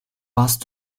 warst